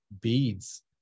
beads